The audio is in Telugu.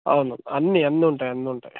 అవును అన్నీ అన్నీ ఉంటాయి అన్నీ ఉంటాయి